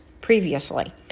previously